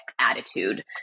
attitude